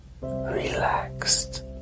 relaxed